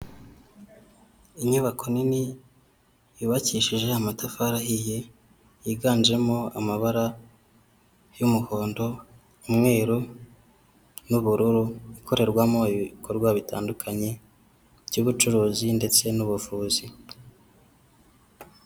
Inyubako nini yubakishije amatafari ihiye yiganjemo amabara y'umuhondo umweru n'ubururu ikorerwamo ibikorwa bitandukanye by'ubucuruzi ndetse n'ubuvuzi.